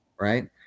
right